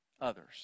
others